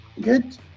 Good